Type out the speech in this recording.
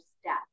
step